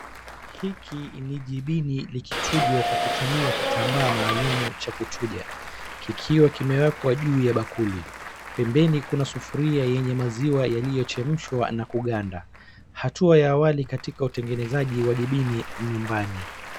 Hiki ni jibini likichujwa kwa kutumia kitambaa maalum cha kuchuja, kikiwa kimewekwa juu ya bakuli. Pembeni kuna sufuria yenye maziwa yaliyochemshwa na kuganda. Hatua ya awali katika utengenezaji wa jibini nyumbani.